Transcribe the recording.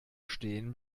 stehen